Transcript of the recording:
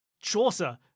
Chaucer